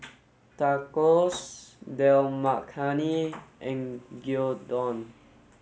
Tacos Dal Makhani and Gyudon